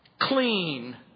Clean